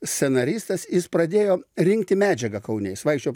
scenaristas jis pradėjo rinkti medžiagą kaune jis vaikščiojo